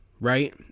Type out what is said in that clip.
right